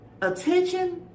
attention